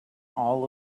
all